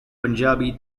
punjabi